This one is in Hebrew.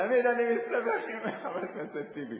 תמיד אני מסתבך עם חבר הכנסת טיבי.